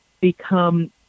become